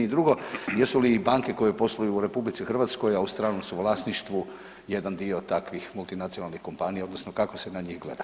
I drugo, jesu li i banke koje posluju u RH a u stranom su vlasništvu jedan dio takvih multinacionalnih kompanija, odnosno kako se na njih gleda.